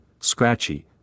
scratchy